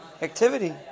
activity